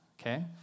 okay